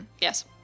Yes